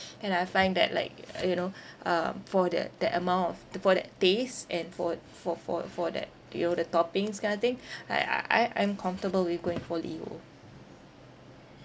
and I find that like uh you know um for the that amount of the for that taste and for for for for that you know the toppings kind of thing I I I I'm comfortable with going for liho